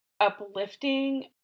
uplifting